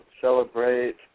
celebrate